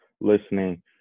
listening